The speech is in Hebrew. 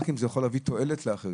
רק אם זה יכול להביא תועלת לאחרים.